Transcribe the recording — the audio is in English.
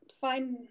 find